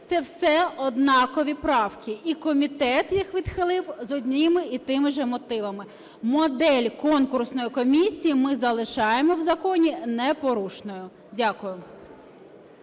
це все однакові правки, і комітет їх відхилив з одними і тими же мотивами. Модель конкурсної комісії ми залишаємо в законі непорушною. Дякую.